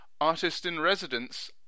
artist-in-residence